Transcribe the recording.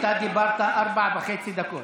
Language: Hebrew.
אתה דיברת ארבע וחצי דקות.